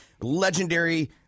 legendary